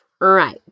Right